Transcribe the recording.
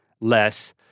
less